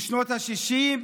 בשנות השישים,